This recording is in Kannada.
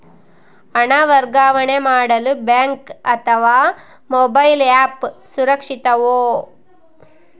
ಹಣ ವರ್ಗಾವಣೆ ಮಾಡಲು ಬ್ಯಾಂಕ್ ಅಥವಾ ಮೋಬೈಲ್ ಆ್ಯಪ್ ಸುರಕ್ಷಿತವೋ?